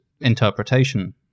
interpretation